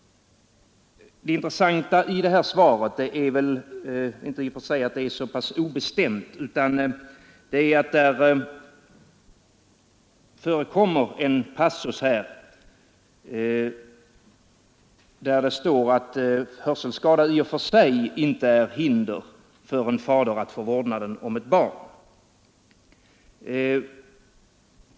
Det intressanta i svaret är i och för sig inte att det är så pass obestämt utan att det förekommer en passus, där det står att hörselskada i och för sig inte utgör något hinder för en fader att få vårdnaden om ett barn.